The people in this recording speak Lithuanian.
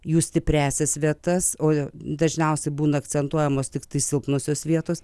jų stipriąsias vietas o dažniausiai būna akcentuojamos tiktai silpnosios vietos